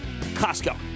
Costco